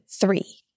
three